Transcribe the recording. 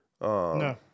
No